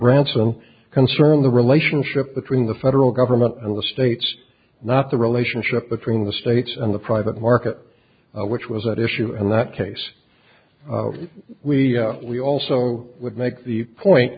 branson concerning the relationship between the federal government and the states not the relationship between the states and the private market which was at issue and that case we we also would make the point